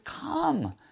come